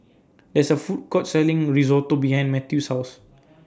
There IS A Food Court Selling Risotto behind Mathews' House